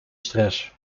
stress